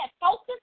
focus